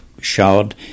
showered